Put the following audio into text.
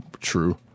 true